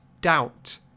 doubt